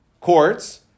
courts